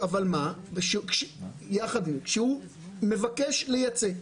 כשהוא מבקש לייצא,